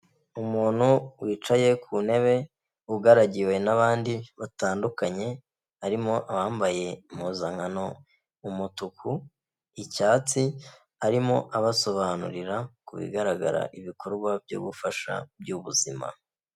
Umuntu wicaye ku ntebe ugaragiwe n'abandi batandukanye, harimo abambaye impuzankano umutuku, icyatsi, arimo abasobanurira ku bigaragara ibikorwa byo gufasha by'ubuzima.